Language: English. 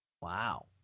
Wow